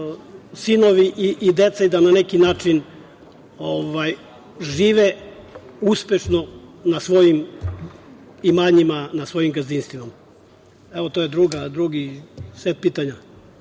sinovi i deca i da na neki način žive uspešno na svojim imanjima, na svojim gazdinstvima. Eto, to je drugi set pitanja.